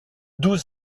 douze